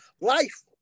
Life